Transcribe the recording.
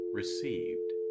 received